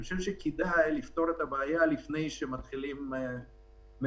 אני חושב שכדאי לפתור את הבעיה לפני שמתחילות מהומות,